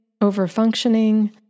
overfunctioning